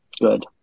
Good